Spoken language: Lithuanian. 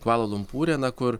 kvala lumpūre na kur